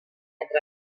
metres